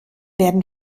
werden